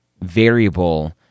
variable